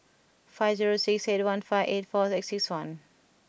five zero six eight one five eight four six one